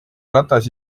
ratas